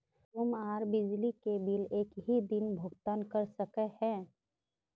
Room आर बिजली के बिल एक हि दिन भुगतान कर सके है?